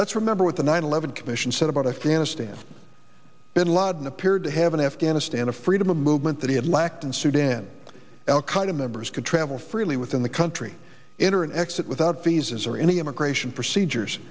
let's remember what the nine eleven commission said about a fianna stand bin laden appeared to have in afghanistan a freedom of movement that he had lacked in sudan al qaida members could travel freely within the country in or an exit without visas or any immigration procedures